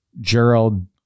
Gerald